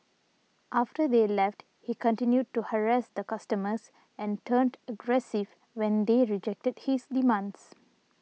after they left he continued to harass the customers and turned aggressive when they rejected his demands